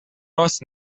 راس